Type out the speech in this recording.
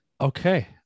Okay